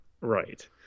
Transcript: Right